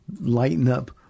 lighten-up